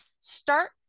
start